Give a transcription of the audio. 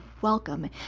welcome